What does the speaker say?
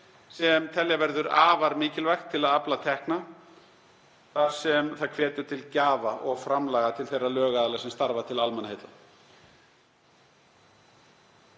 sem telja verður afar mikilvægt til að afla tekna þar sem það hvetur til gjafa og framlaga til þeirra lögaðila sem starfa til almannaheilla.